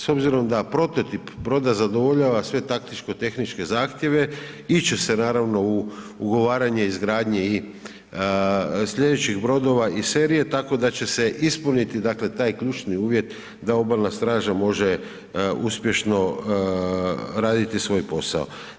S obzirom da prototip broda zadovoljava sve taktičko-tehničke zahtjeve, ići će se naravno u ugovaranje izgradnji i slijedećih brodova iz serije tako da će se ispuniti taj ključni uvjet da Obalna straža može uspješno raditi svoj posao.